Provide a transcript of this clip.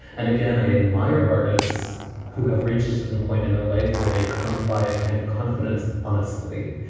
and again, i admire artists who have reached a certain point in their life where they've come by a kind of confidence, honestly.